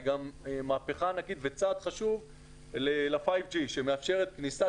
היא גם מהפכה ענקית וצעד חשוב ל-5G שמאפשרת כניסת